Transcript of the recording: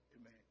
Amen